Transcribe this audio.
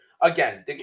Again